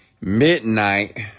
midnight